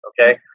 okay